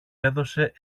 έδωσε